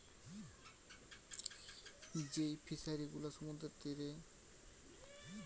যেই ফিশারি গুলা সমুদ্রের তীরে বানানো হয়ঢু তাকে মেরিন ফিসারী বলতিচ্ছে